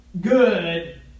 good